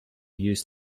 use